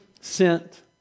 sent